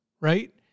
right